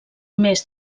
més